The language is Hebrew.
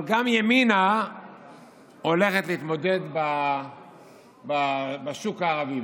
אבל גם ימינה הולכת להתמודד בשוק הערבי.